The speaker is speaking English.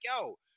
yo